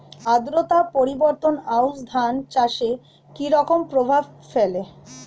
আদ্রতা পরিবর্তন আউশ ধান চাষে কি রকম প্রভাব ফেলে?